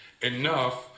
enough